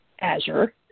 azure